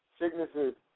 sicknesses